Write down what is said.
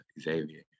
Xavier